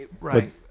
Right